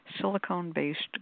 silicone-based